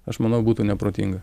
aš manau būtų neprotinga